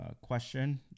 question